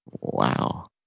Wow